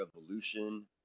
Revolution